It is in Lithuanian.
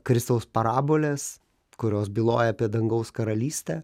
kristaus parabolės kurios byloja apie dangaus karalystę